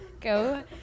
Go